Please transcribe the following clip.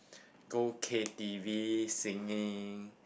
go K_T_V singing